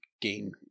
gain